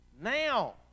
now